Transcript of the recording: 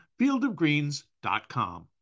Fieldofgreens.com